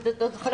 זה חלק